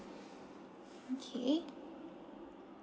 okay